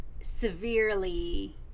severely